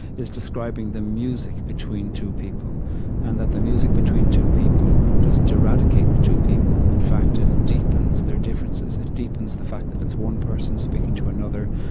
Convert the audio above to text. is describing the music between two people and that the music between the two people doesn't eradicate the two people in fact, it deepens their differences. it deepens the fact that it's one person speaking to another,